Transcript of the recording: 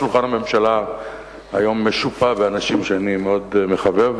שולחן הממשלה היום משופע באנשים שאני מאוד מחבב.